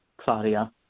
Claudia